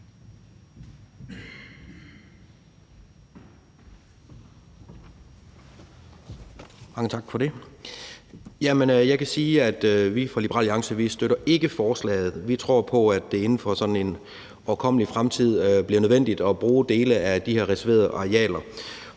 Jeg kan sige, at vi i Liberal Alliance ikke støtter forslaget. Vi tror på, at det inden for sådan en overkommelig fremtid bliver nødvendigt at bruge dele af de her reserverede arealer.